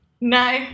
No